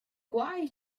quai